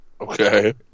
Okay